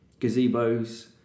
Gazebos